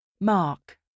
Mark